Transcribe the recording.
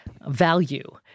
value